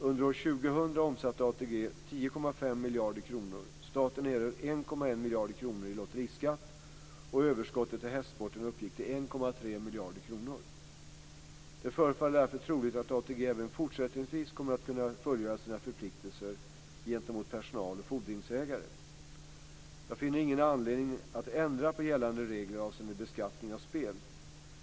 Under år 2000 miljarder kronor i lotteriskatt och överskottet till hästsporten uppgick till 1,3 miljarder kronor. Det förefaller därför troligt att ATG även fortsättningsvis kommer att kunna fullgöra sina förpliktelser gentemot personal och fordringsägare. Jag finner ingen anledning att ändra på gällande regler avseende beskattning av spel.